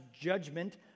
judgment